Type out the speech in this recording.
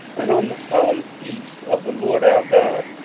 and on the solemn feasts of the lord our god.